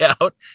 out